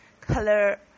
color